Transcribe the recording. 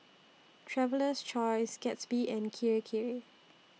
Traveler's Choice Gatsby and Kirei Kirei